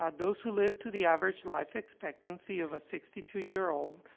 ah those who live to the average life expectancy of a sixty two year old,